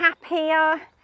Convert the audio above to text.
happier